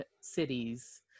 cities